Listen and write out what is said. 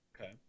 Okay